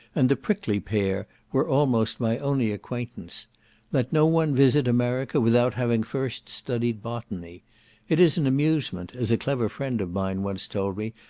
and the prickly pear, were almost my only acquaintance let no one visit america without having first studied botany it is an amusement, as a clever friend of mine once told me,